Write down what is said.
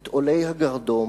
את עולי הגרדום,